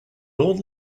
old